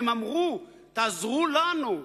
הם אמרו: תעזרו לנו,